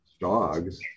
dogs